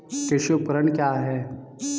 कृषि उपकरण क्या है?